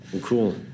cool